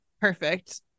Perfect